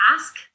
ask